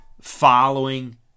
following